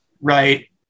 right